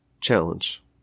Challenge